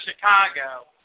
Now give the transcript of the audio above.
Chicago